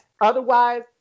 Otherwise